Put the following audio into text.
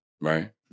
Right